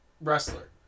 wrestler